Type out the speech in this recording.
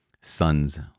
son's